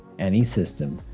any system,